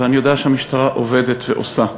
ואני יודע שהמשטרה עובדת ועושה,